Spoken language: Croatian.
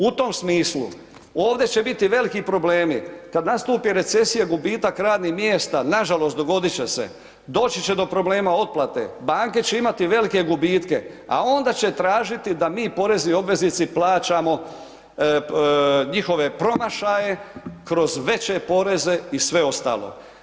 U tom smislu ovdje će biti veliki problemi kad nastupi recesija, gubitak radnih mjesta, nažalost dogodit će se, doći će do problema otplate, banke će imati velike gubitke, a onda će tražiti da mi porezni obveznici plaćamo njihove promašaje kroz veće poreze i sve ostalo.